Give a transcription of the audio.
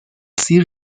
سیر